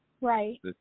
Right